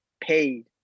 paid